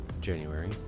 January